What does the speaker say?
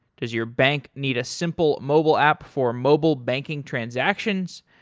does your bank need a simple mobile app for mobile banking transactions?